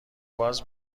باز